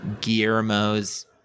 Guillermo's